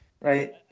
right